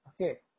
Okay